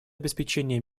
обеспечения